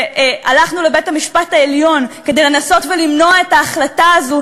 והלכנו לבית-המשפט העליון כדי לנסות למנוע את ההחלטה הזאת,